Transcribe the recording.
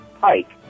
Pike